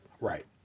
right